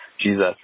Jesus